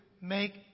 make